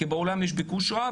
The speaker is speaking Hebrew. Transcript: כי בעולם יש ביקוש רב,